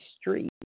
street